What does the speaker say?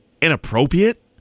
inappropriate